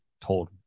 told